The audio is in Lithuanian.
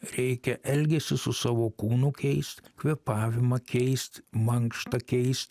reikia elgesį su savo kūnu keist kvėpavimą keist mankštą keist